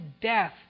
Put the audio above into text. death